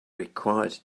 required